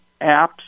apps